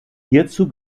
hierzu